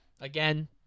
Again